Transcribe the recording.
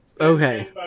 okay